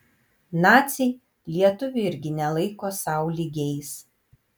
naciai lietuvių irgi nelaiko sau lygiais